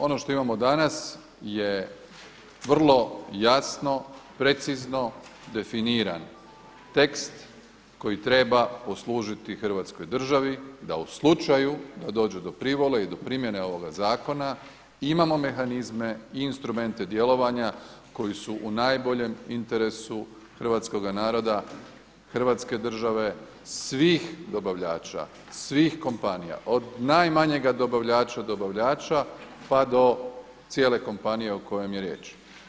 Ono što imamo danas je vrlo jasno precizno definiran tekst koji treba poslužiti Hrvatskoj državi da u slučaju da dođe do privole i do primjene ovoga zakona imamo mehanizme i instrumente djelovanja koji su u najboljem interesu hrvatskoga naroda, Hrvatske države, svih dobavljača, svih kompanija od najmanjega dobavljača, dobavljača pa do cijele kompanije o kojem je riječ.